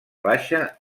baixa